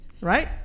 Right